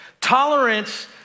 Tolerance